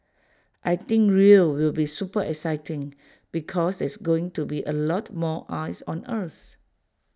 I think Rio will be super exciting because there's going to be A lot more eyes on us